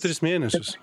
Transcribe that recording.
tris mėnesius